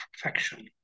perfection